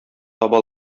таба